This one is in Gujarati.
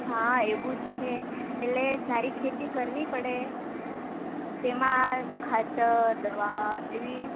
હા એવું જ છે એટલે સારી ખેતી કરવી પડે તેમાં ખાતર દવા એવી